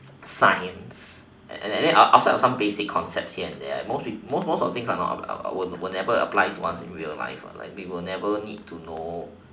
science and then and then after of some basic concept here and there right most most of the things are not will never apply to us in real life like we will never need to know